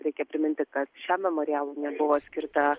reikia priminti kas šiam memorialui nebuvo skirta